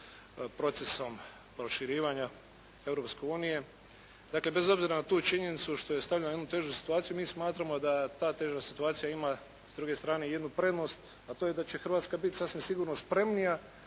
procesom proširivanja Europske unije. Dakle bez obzira na tu činjenicu što je stavljena u jednu težu situaciju mi smatramo da ta teža situacija ima s druge strane i jednu prednost a to je da će Hrvatska biti sasvim sigurno spremnija